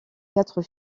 quatre